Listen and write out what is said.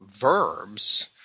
verbs